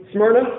Smyrna